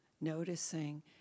Noticing